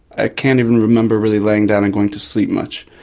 ah can't even remember really laying down and going to sleep much.